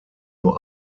nur